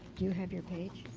you have your page?